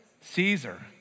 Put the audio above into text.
Caesar